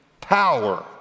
power